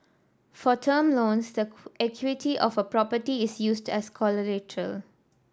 for term loans the equity of a property is used as collateral